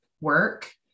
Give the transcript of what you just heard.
work